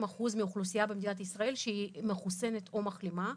קרוב ל-82% מהאוכלוסייה במדינת ישראל מחוסנת או מחלימה.